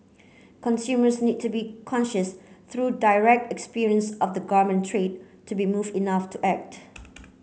consumers need to be conscious through direct experience of the garment trade to be moved enough to act